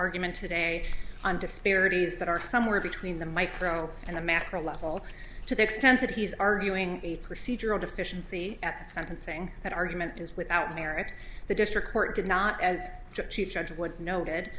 argument today on disparities that are somewhere between the micro and a macro level to the extent that he's arguing a procedural deficiency at sentencing that argument is without merit the district court did not as